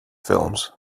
films